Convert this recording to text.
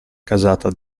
casata